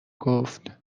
گفت